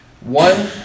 one